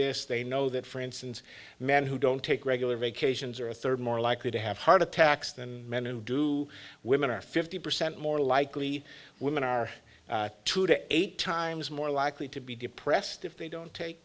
this they know that for instance men who don't take regular vacations are a third more likely to have heart attacks than men and do women are fifty percent more likely women are two to eight times more likely to be depressed if they don't take